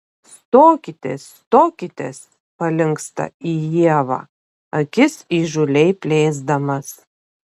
stokitės stokitės palinksta į ievą akis įžūliai plėsdamas